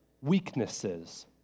weaknesses